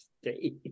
State